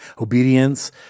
obedience